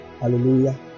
Hallelujah